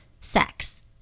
sex